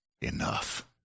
Enough